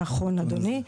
נכון אדוני.